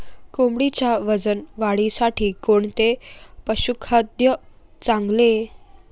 कोंबडीच्या वजन वाढीसाठी कोणते पशुखाद्य चांगले?